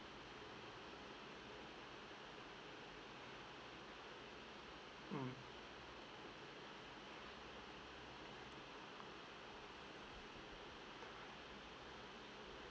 mm